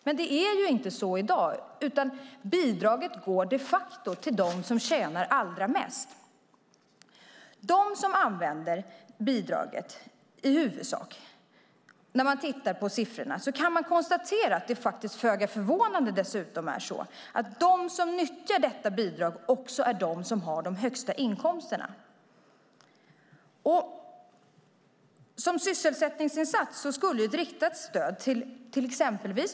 Men det är inte så i dag. Bidraget går de facto till dem som tjänar allra mest. När man tittar på siffrorna kan man konstatera att det faktiskt, föga förvånande, är så att de som nyttjar detta bidrag mest också är de som har de högsta inkomsterna.